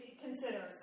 consider